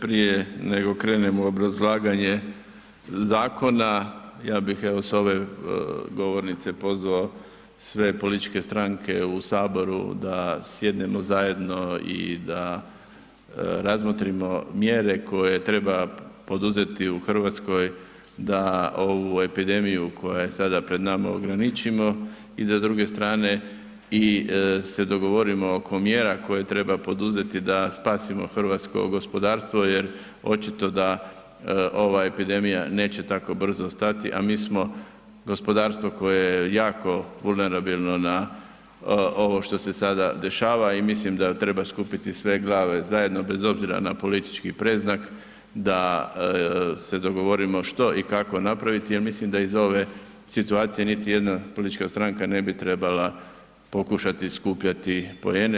Prije nego krenem u obrazlaganje zakona, ja bih evo s ove govornice pozvao sve političke stranke u Saboru da sjednemo zajedno i da razmotrimo mjere koje treba poduzeti u Hrvatskoj da ovu epidemiju koja je sada pred nama, ograničimo i da s druge strane i se dogovorimo oko mjera koje treba poduzeti da spasimo hrvatsko gospodarstvo jer očito da ova epidemija neće tako brzo stati, a mi smo gospodarstvo koje je jako vulnerabilno na ovo što se sada dešava i mislim da treba skupiti sve glave zajedno, bez obzira na politički predznak, da se dogovorimo što i kako napraviti jer mislim da iz ove situacija niti jedna politička stranka ne bi trebala pokušati skupljati poene.